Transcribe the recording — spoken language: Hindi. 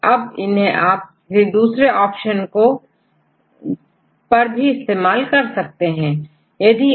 अब इन्हें आप किसी दूसरे ऑप्शंस में भी इस्तेमाल कर सकते हैं